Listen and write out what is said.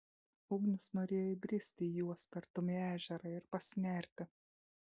ugnius norėjo įbristi į juos tartum į ežerą ir pasinerti